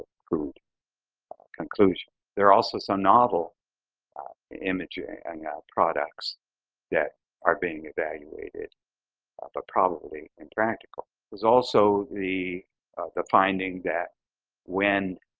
crude conclusion. there are also some so novel ah imaging and ah products that are being evaluated but probably impractical. there's also the the finding that when